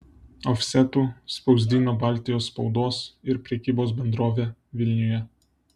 ofsetu spausdino baltijos spaudos ir prekybos bendrovė vilniuje